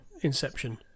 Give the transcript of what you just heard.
Inception